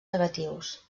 negatius